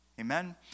Amen